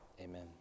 amen